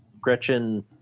Gretchen